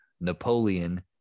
napoleon